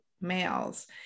males